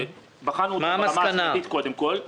בחנו אותם ברמה המשפטית קודם כול.